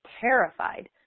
terrified